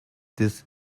this